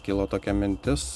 kilo tokia mintis